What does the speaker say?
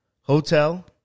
hotel